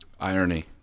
Irony